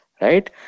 Right